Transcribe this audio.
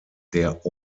der